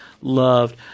loved